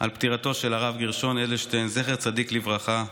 על פטירתו של הרב גרשון אדלשטיין, זכר צדיק לברכה,